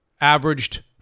averaged